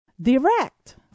direct